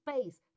space